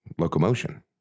locomotion